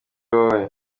wowe